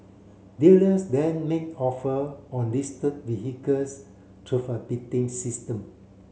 dealers then make offer on listed vehicles through a bidding system